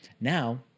Now-